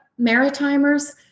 Maritimers